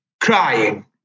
crying